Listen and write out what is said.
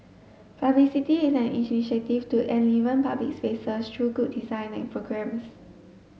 publicity is an initiative to enliven public spaces through good design and programmes